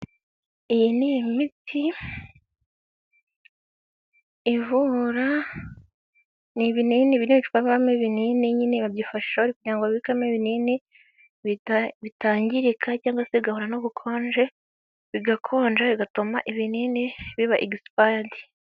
iyi ni imiti ivura, ni amacupa abikwamo ibinini nyine bayifashisha kugirango babikemo ibinini kugirango bitangirika cyangwase bigahurahura n'ubukonje bigakonja bigatuma ibinini biba byangirika.